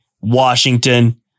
Washington